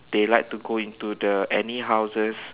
they like to go into the any houses